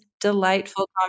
delightful